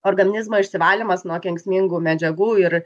organizmo išsivalymas nuo kenksmingų medžiagų ir